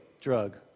drug